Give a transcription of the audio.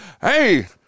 hey